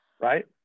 right